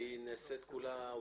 היא נעשית כולה אוטומטית,